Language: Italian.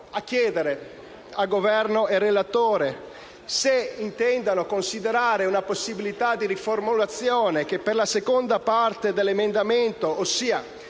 chiedo al Governo e al relatore se intendano considerare una possibilità di riformulazione della seconda parte dell'emendamento, per